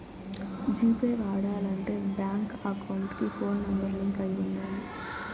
G pay వాడాలంటే bank account కి phone number link అయి ఉండాలి